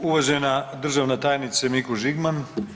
Uvažena državna tajnice Mikuš Žigman.